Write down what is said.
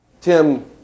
Tim